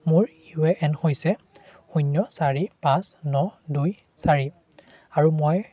মোৰ U A N হৈছে শূন্য চাৰি পাঁচ ন দুই চাৰি আৰু মই